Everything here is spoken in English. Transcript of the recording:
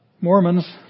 Mormons